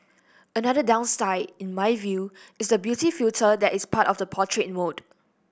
another downside in my view is the beauty filter that is part of the portrait mode